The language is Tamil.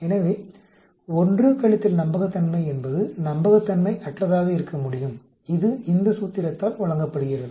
எனவே 1 - நம்பகத்தன்மை என்பது நம்பகத்தன்மையற்றதாக இருக்கமுடியும் இது இந்த சூத்திரத்தால் வழங்கப்படுகிறது